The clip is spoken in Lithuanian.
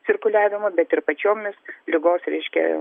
cirkuliavimu bet ir pačiomis ligos reiškia